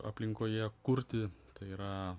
aplinkoje kurti tai yra